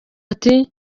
ati